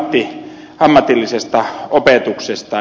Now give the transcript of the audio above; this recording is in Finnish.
sitten ammatillisesta opetuksesta